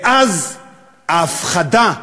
ואז ההפחדה,